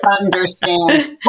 understands